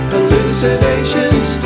Hallucinations